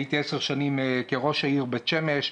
הייתי עשר שנים ראש עיריית בית שמש,